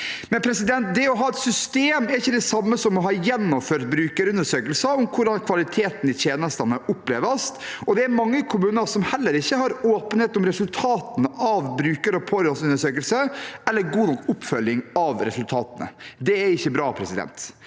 deler. Men det å ha et system er ikke det samme som å ha gjennomført brukerundersøkelser om hvordan kvaliteten i tjenestene oppleves, og det er mange kommuner som heller ikke har åpenhet om resultatene av bruker- og pårørendeundersøkelser eller god nok oppfølging av resultatene. Det er ikke bra. For pasienter,